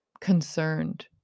concerned